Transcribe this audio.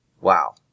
Wow